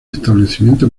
establecimiento